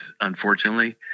unfortunately